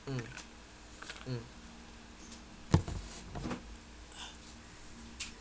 mm mm